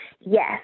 Yes